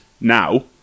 now